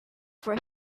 for